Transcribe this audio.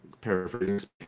paraphrasing